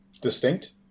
distinct